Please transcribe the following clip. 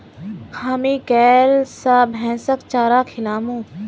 हामी कैल स भैंसक चारा खिलामू